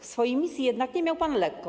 W swojej misji jednak nie miał pan lekko.